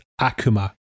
Akuma